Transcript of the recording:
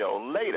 Later